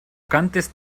cantes